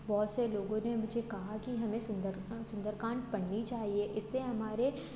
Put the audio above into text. बहुत से लोगों ने मुझे कहा कि हमें सुंदरका सुंदरकांड पढ़ना चाहिए इससे हमारे